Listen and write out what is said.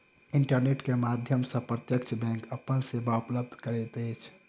internet के माध्यम सॅ प्रत्यक्ष बैंक अपन सेवा उपलब्ध करैत अछि